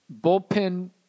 bullpen